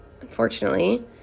unfortunately